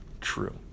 True